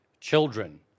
Children